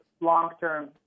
long-term